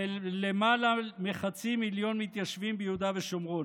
ללמעלה מחצי מיליון מתיישבים ביהודה ושומרון.